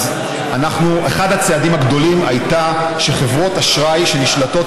אחד הצעדים הגדולים היה שחברות אשראי שנשלטות